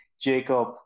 Jacob